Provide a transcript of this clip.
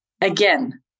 again